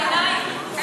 ראינו בעיניים.